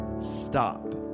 stop